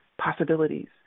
possibilities